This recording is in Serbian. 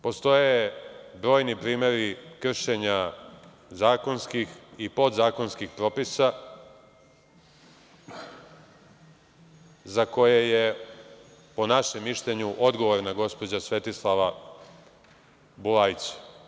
Postoje brojni primeri kršenja zakonskih i podzakonskih propisa, za koje je, po našem mišljenju, odgovorna gospođa Svetislava Bulajić.